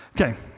Okay